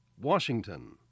Washington